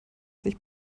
sich